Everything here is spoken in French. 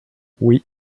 oui